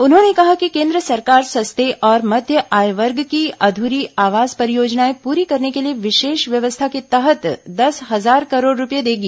उन्होंने कहा कि केन्द्र सरकार सस्ते और मध्य आय वर्ग की अध्री आवास परियोजनाएं पूरी करने के लिए विशेष व्यवस्था के तहत दस हजार करोड़ रुपये देगी